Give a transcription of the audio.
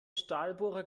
stahlbohrer